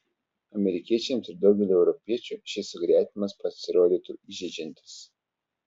amerikiečiams ir daugeliui europiečių šis sugretinimas pasirodytų įžeidžiantis